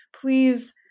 please